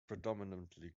predominantly